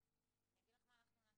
אני אגיד לך מה אנחנו נעשה.